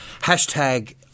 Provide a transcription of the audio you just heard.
Hashtag